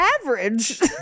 average